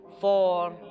four